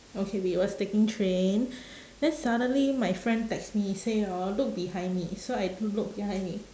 okay we was taking train then suddenly my friend text me say hor look behind me so I look behind me